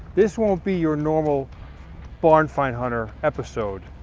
this won't be your normal barn find hunter episode.